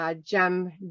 Gem